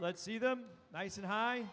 let's see them i said hi